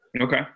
Okay